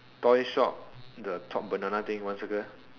toy shop the top banana thing one circle